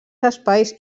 espais